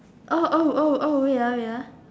oh oh oh oh wait ah wait ah